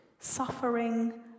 Suffering